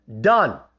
done